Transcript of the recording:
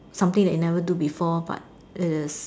something that you never do before but is